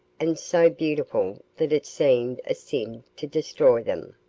and so beautiful that it seemed a sin to destroy them.